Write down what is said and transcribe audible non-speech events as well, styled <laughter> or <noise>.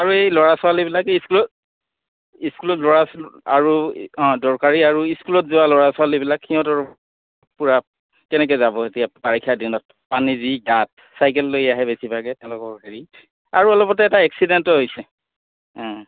আৰু এই ল'ৰা ছোৱালীবিলাকে স্কুলত <unintelligible> ল'ৰা ছোৱালী আৰু অঁ দৰকাৰী আৰু স্কুলত যোৱা ল'ৰা ছোৱালীবিলাক সিহঁতৰ পূৰা কেনেকৈ যাব এতিয়া বাৰিষাৰ দিনত পানী যি গাঁত চাইকেল লৈ আহে বেছিভাগে তেওঁলোকৰ হেৰি আৰু অলপতে এটা এক্সিডেণ্টো হৈছে